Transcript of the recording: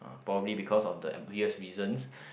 probably because of the reasons